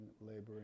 laboring